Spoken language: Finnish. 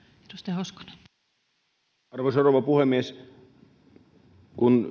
arvoisa arvoisa rouva puhemies kun